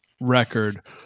record